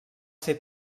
ser